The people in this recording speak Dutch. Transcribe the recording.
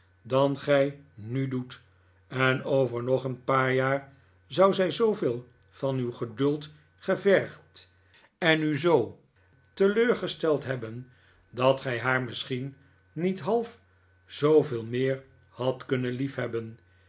dan gij nu doet en over nog een paar jaar zou zij zooveel van uw geduld gevergd en u zoo teleurgesteld hebben dat gij haar misschien niet half zooveel meer had kunnen lief